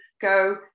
go